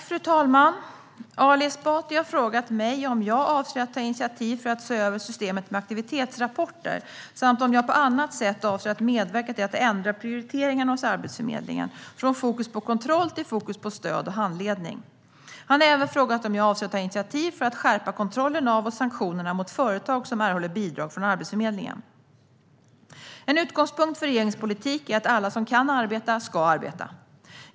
Fru talman! Ali Esbati har frågat mig om jag avser att ta initiativ för att se över systemet med aktivitetsrapporter samt om jag på annat sätt avser att medverka till att ändra prioriteringarna hos Arbetsförmedlingen, från fokus på kontroll till fokus på stöd och handledning. Han har även frågat om jag avser att ta initiativ för att skärpa kontrollen av och sanktionerna mot företag som erhåller bidrag från Arbetsförmedlingen. En utgångspunkt för regeringens politik är att alla som kan arbeta ska arbeta.